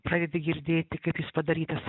pradedi girdėti kaip jis padarytas